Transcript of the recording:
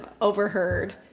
overheard